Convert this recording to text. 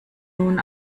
nun